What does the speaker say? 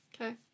okay